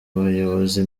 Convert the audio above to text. abayobozi